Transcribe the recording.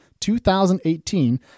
2018